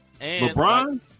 LeBron